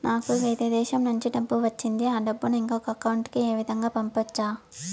నాకు వేరే దేశము నుంచి డబ్బు వచ్చింది ఆ డబ్బును ఇంకొక అకౌంట్ ఏ విధంగా గ పంపొచ్చా?